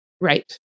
Right